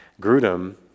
Grudem